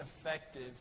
effective